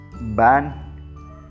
ban